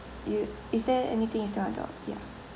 you is there anything you still want to ya